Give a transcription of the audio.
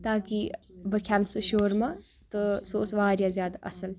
تاکہِ بہٕ کھٮ۪مہٕ سُہ شورما تہٕ سُہ اوس واریاہ زیادٕ اَصٕل